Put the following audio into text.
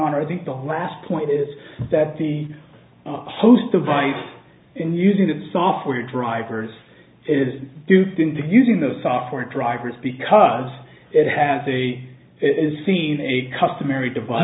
honor i think the last point is that the host device and using the software drivers is duped into using those software drivers because it has the it is seen as a customary device